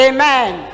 Amen